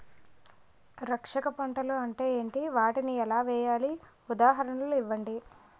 రక్షక పంటలు అంటే ఏంటి? వాటిని ఎలా వేయాలి? ఉదాహరణలు ఇవ్వండి?